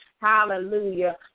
Hallelujah